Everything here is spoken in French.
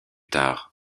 tard